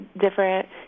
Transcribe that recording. different